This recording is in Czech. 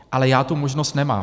Ale já tu možnost nemám.